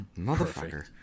Motherfucker